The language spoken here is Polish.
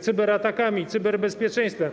cyberatakami, o cyberbezpieczeństwie.